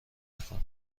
نکنه